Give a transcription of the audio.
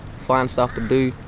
find stuff to do.